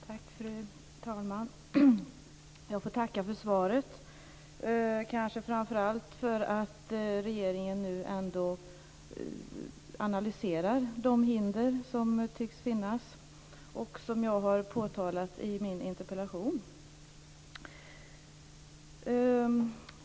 Fru talman! Jag får tacka för svaret och kanske framför allt för att regeringen nu ändå analyserar de hinder som tycks finnas och som jag har påtalat i min interpellation.